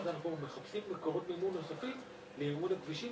אז אנחנו מחפשים מקורות מימון נוספים למימון הכבישים,